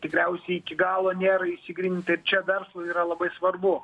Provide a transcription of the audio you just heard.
tikriausiai iki galo nėra išsigryninta ir čia verslui yra labai svarbu